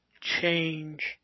change